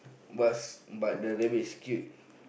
but but the rabbit is cute